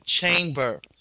Chamber